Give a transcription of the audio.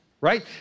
right